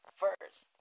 first